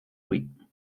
louis